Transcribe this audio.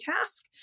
task